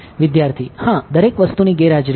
વિદ્યાર્થી હા દરેક વસ્તુની ગેરહાજરીમાં